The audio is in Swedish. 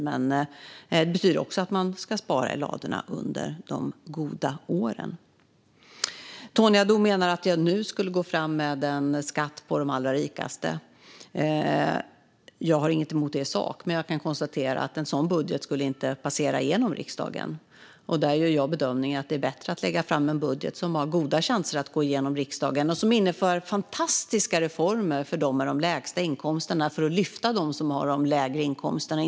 Men det betyder också att man ska spara i ladorna under de goda åren. Tony Haddou menar att jag nu skulle gå fram med en skatt för de allra rikaste. Jag har inget emot det i sak, men jag kan konstatera att en sådan budget inte skulle passera genom riksdagen. Därför gör jag bedömningen att det är bättre att lägga fram en budget som har goda chanser att gå igenom i riksdagen och som innehåller fantastiska reformer för dem med de lägsta inkomsterna, för att lyfta dem som har de lägre inkomsterna.